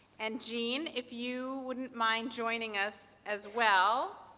and, jeanne, if you wouldn't mind joining us as well,